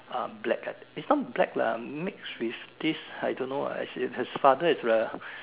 uh black ca~ it's not black lah mixed with this I don't know ah as in his father is the